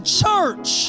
church